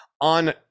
on